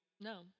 No